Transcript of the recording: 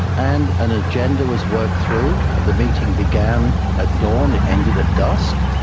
and an agenda was worked through. the meeting began at dawn, it ended at dusk,